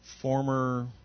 former